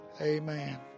amen